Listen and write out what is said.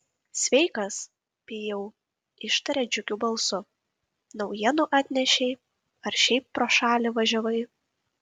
sveikas pijau ištarė džiugiu balsu naujienų atnešei ar šiaip pro šalį važiavai